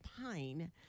pine